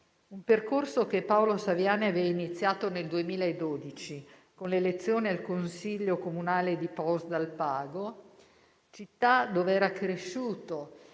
Un percorso che Paolo Saviane aveva iniziato nel 2012 con l'elezione al Consiglio comunale di Puos d'Alpago, città dov'era cresciuto,